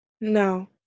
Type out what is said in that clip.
No